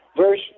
Verse